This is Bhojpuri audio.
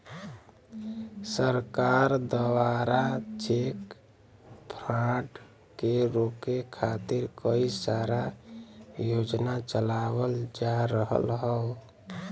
सरकार दवारा चेक फ्रॉड के रोके खातिर कई सारा योजना चलावल जा रहल हौ